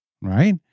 right